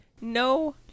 No